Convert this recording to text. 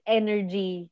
energy